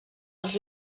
als